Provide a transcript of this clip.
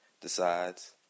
decides